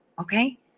Okay